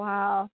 Wow